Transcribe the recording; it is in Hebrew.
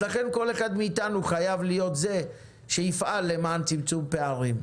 לכן כל אחד מאתנו חייב להיות זה שיפעל למען צמצום פערים,